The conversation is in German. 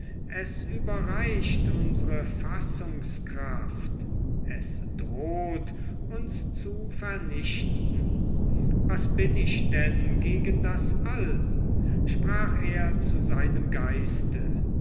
es überreicht unsre fassungskraft es droht uns zu vernichten was bin ich denn gegen das all sprach er zu seinem geiste